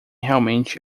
realmente